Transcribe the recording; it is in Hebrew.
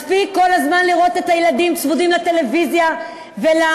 מספיק כל הזמן לראות את הילדים צמודים לטלוויזיה ולמחשבים,